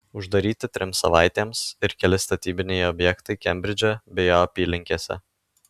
uždaryti trims savaitėms ir keli statybiniai objektai kembridže bei jo apylinkėse